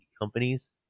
companies